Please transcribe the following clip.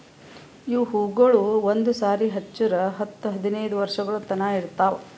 ಇವು ಹೂವುಗೊಳ್ ಒಂದು ಸಾರಿ ಹಚ್ಚುರ್ ಹತ್ತು ಹದಿನೈದು ವರ್ಷಗೊಳ್ ತನಾ ಇರ್ತಾವ್